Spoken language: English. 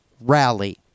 rally